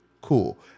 Cool